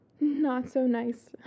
not-so-nice